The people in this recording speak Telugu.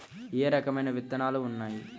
ఏ రకమైన విత్తనాలు ఉన్నాయి?